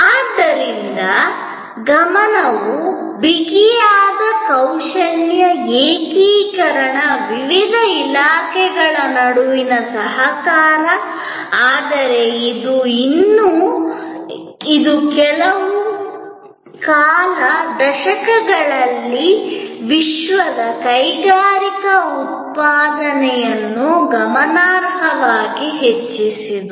ಆದ್ದರಿಂದ ಗಮನವು ಬಿಗಿಯಾದ ಮೌಲ್ಯ ಏಕೀಕರಣ ವಿವಿಧ ಇಲಾಖೆಗಳ ನಡುವಿನ ಸಹಕಾರ ಆದರೆ ಇದು ಕಳೆದ ಕೆಲವು ದಶಕಗಳಲ್ಲಿ ವಿಶ್ವದ ಕೈಗಾರಿಕಾ ಉತ್ಪಾದನೆಯನ್ನು ಗಮನಾರ್ಹವಾಗಿ ಹೆಚ್ಚಿಸಿತು